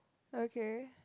okay